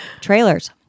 trailers